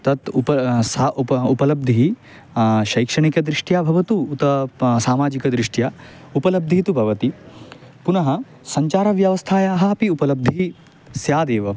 तत् उप सा उप उपलब्धिः शैक्षणिकदृष्ट्या भवतु उत प सामाजिकदृष्ट्या उपलब्धिः तु भवति पुनः सञ्चारव्यवस्थायाः अपि उपलब्धिः स्यादेव